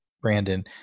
Brandon